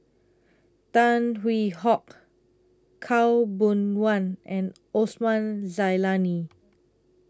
Tan Hwee Hock Khaw Boon Wan and Osman Zailani